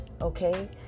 okay